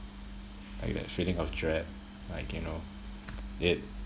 like that feeling of dread like you know it